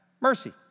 mercy